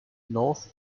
north